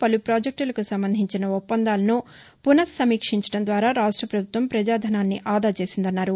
పలు పాజెక్టులకు సంబంధించిన ఒప్పందాలను పునఃసమీక్షించడం ద్వారా రాష్ట పభుత్వం పజాధనాన్ని ఆదా చేసిందన్నారు